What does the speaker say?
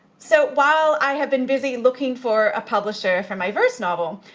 so, while i have been busy looking for a publisher for my verse novel,